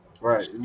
Right